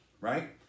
right